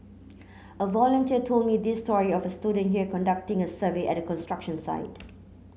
a volunteer told me this story of a student here conducting a survey at a construction site